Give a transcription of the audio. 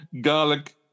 garlic